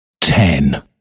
ten